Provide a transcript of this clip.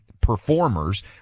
performers